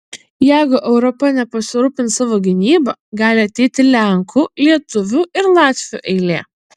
jeigu europa nepasirūpins savo gynyba gali ateiti lenkų lietuvių ir latvių eilė